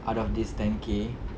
out of this ten K